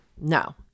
no